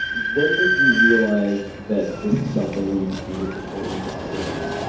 when did you realize that this is something you could do to support yourself full-time